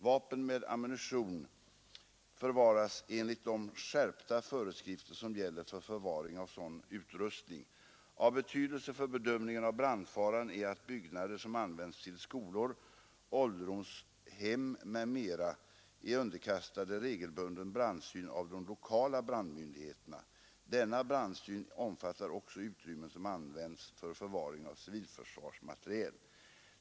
Vapen med ammunition förvaras enligt de skärpta föreskrifter som gäller för förvaring av sådan utrustning. Av betydelse för bedömningen av brandfaran är att byggnader som används till skolor, ålderdomshem m.m. är underkastade regelbunden brandsyn av de lokala brandmyndigheterna. Denna brandsyn omfattar också utrymmen som används för förvaring av civilförsvarsmateriel.